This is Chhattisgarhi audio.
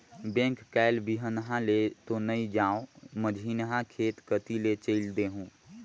बेंक कायल बिहन्हा ले तो नइ जाओं, मझिन्हा खेत कति ले चयल देहूँ